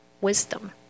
wisdom